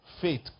Faith